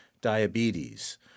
diabetes